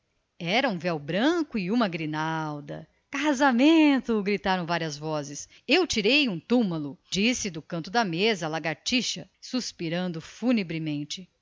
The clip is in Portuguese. foi um véu branco e uma grinalda casamento gritaram várias vozes eu tirei um túmulo disse do canto da mesa a lagartixa suspirando funebremente